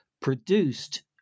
produced